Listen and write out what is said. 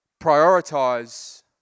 prioritize